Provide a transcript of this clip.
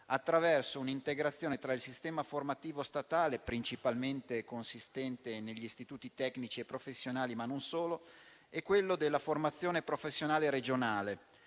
attraverso un'integrazione tra il sistema formativo statale, principalmente consistente negli istituti tecnici e professionali, ma non solo, e quello della formazione professionale regionale,